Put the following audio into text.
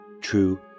true